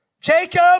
Jacob